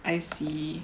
I see